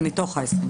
זה מתוך ה-24,000.